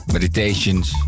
Meditations